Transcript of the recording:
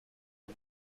for